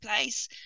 place